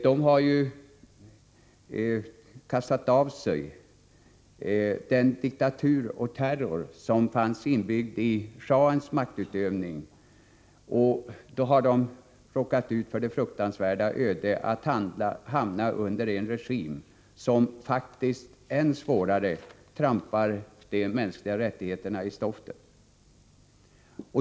De har kastat av sig den diktatur och den terror som fanns inbyggd i shahens maktutövning och har då råkat ut för det fruktansvärda ödet att hamna under en regim som faktiskt än mer förtrampar de mänskliga rättigheterna.